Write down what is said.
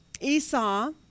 Esau